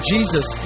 Jesus